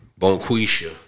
bonquisha